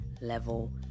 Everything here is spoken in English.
level